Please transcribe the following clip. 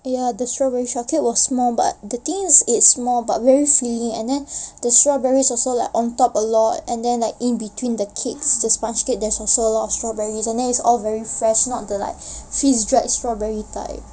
ya the strawberry shortcake was small but the thing is it's small but very filling and then the strawberries also like on top a lot and then like in between the cake the sponge cage there's also a lot of strawberries and then it's all very fresh not the like freeze dried strawberry type